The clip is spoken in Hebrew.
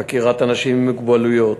חקירת אנשים עם מוגבלויות.